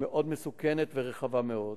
מסוכנת מאוד ורחבה מאוד.